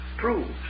proves